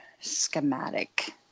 schematic